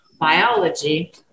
biology